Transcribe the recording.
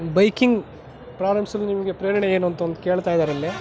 biking ಪ್ರಾರಂಭಿಸಲು ನಿಮಗೆ ಪ್ರೇರಣೆ ಏನು ಅಂತ ಒಂದು ಕೇಳ್ತಾ ಇದ್ದಾರಿಲ್ಲಿ